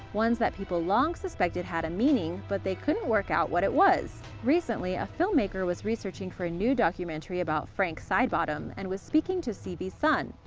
ones that people long suspected had a meaning, but they couldn't work out what it was. recently, a filmmaker was researching for a new documentary about frank sidebottom and was speaking to sievey's son.